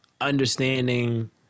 understanding